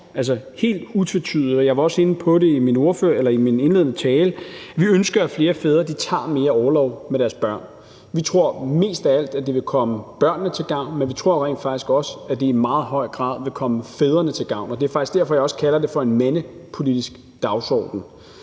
at vi helt utvetydigt ønsker – og jeg var også inde på det i min indledende tale – at flere fædre tager mere orlov med deres børn. Vi tror mest af alt, at det vil komme børnene til gavn, men vi tror jo rent faktisk også, at det i meget høj grad vil komme fædrene til gavn. Og det er faktisk derfor, jeg også kalder det for en mandepolitisk dagsorden.